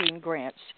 grants